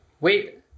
Wait